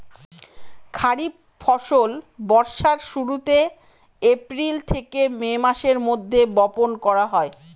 খরিফ ফসল বর্ষার শুরুতে, এপ্রিল থেকে মে মাসের মধ্যে, বপন করা হয়